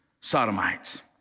Sodomites